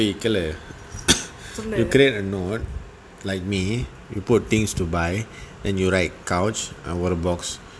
okay நீ இருக்கல்ல:nee irukalla you create a note like me you put things to buy then you write couch and a box